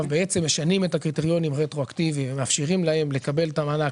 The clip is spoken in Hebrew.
בעצם משנים את הקריטריונים רטרואקטיבית ומאפשרים להם לקבל את המענק,